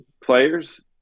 players